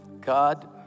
God